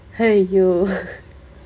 !aiyo!